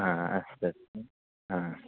अस्तु अस्तु